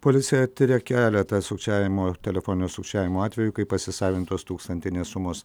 policija tiria keletą sukčiavimo telefoninio sukčiavimo atvejų kai pasisavintos tūkstantinės sumos